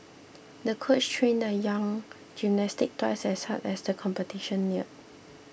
the coach trained the young gymnast twice as hard as the competition neared